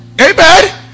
amen